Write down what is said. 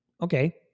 Okay